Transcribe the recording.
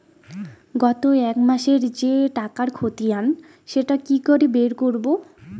গত এক মাসের যে টাকার খতিয়ান সেটা কি করে বের করব?